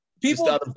People